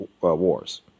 Wars